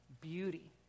beauty